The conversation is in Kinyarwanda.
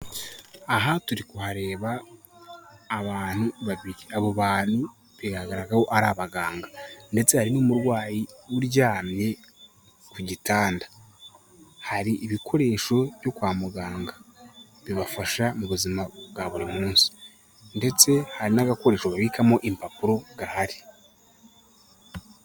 Aha turi kuhareba abantu babiri, abo bantu biragaraga ko ari abaganga ndetse hari n'umurwayi uryamye ku gitanda; hari ibikoresho byo kwa muganga bibafasha mu buzima bwa buri munsi ndetse hari n'agakoresho babikamo impapuro gahari.